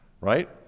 Right